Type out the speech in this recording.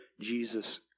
Jesus